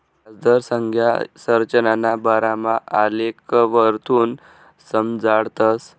याजदर संज्ञा संरचनाना बारामा आलेखवरथून समजाडतस